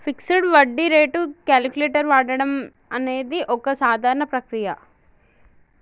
fixed వడ్డీ rate calculator వాడడం అనేది ఒక సాధారణ ప్రక్రియ